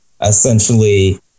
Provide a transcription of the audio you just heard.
essentially